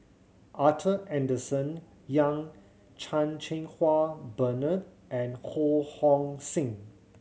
Arthur Henderson Young Chan Cheng Wah Bernard and Ho Hong Sing